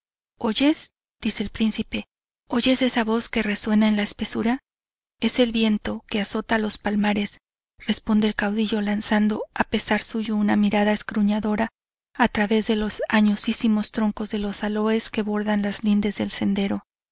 oyes dice al príncipe oyes esa voz que resuena en la espesura es el viento que azota los palmares responde el caudillo lanzando a pesar suyo una mirada escudriñadora a través de los añosísimos troncos de aloes que bordan las lindes del sendero